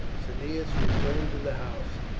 cneius returned to the house,